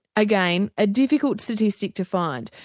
again, a difficult statistic to find,